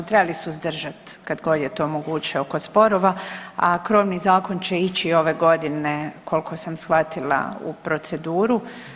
Trebali su izdržati kad god je to moguće kod sporova, a krovni zakon će ići ove godine koliko sam shvatila u proceduru.